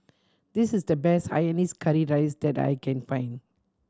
this is the best hainanese curry rice that I can find